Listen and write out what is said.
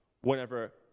whenever